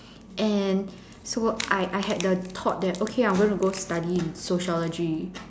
and so I I had the thought that okay I'm gonna go study in sociology